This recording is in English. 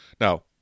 Now